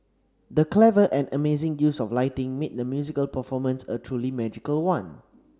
the clever and amazing use of lighting made the musical performance a truly magical one